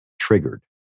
triggered